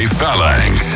Phalanx